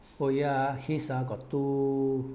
so ya his ah got two